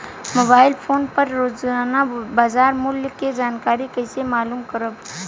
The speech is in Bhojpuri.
मोबाइल फोन पर रोजाना बाजार मूल्य के जानकारी कइसे मालूम करब?